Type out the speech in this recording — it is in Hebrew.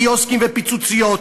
קיוסקים ופיצוציות,